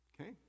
Okay